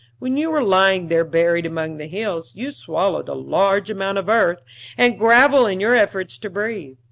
when you were lying there buried among the hills, you swallowed a large amount of earth and gravel in your efforts to breathe,